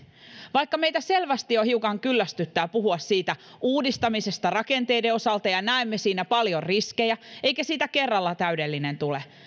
vaikka meitä selvästi jo hiukan kyllästyttää puhua uudistamisesta rakenteiden osalta ja näemme siinä paljon riskejä eikä siitä kerralla täydellinen tule